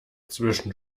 zwischen